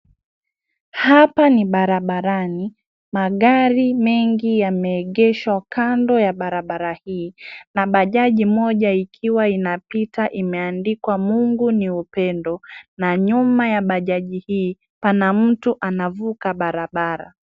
Hapa ni barabarani, magari mengi yameegeshwa kando ya barabara hii na bajaji moja ikwa inapita imeandikwa Mungu ni upendo, na nyuma ya bajaji hii pana mtu anavuka barabara.